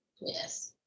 Yes